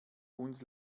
uns